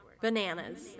Bananas